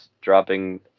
dropping